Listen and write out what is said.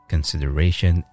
consideration